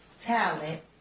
talent